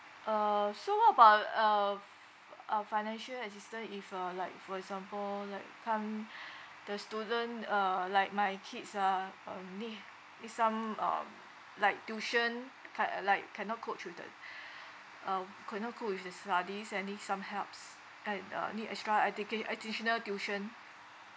uh so what about uh f~ uh financial assistance if uh like for example like can't the student uh like my kids ah um nee~ need some um like tuition uh kind uh like cannot coach with the um cannot cope with the studies and need some helps and uh need extra educa~ additional tuition